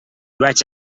vaig